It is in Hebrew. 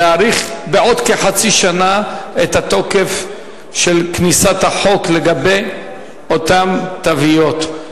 להאריך בכחצי שנה את כניסתו לתוקף של החוק לגבי אותן תוויות.